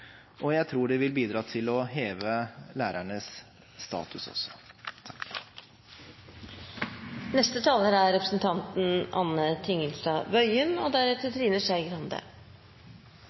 og jeg tror det vil bidra til å heve lærernes status også. Først en takk til representanten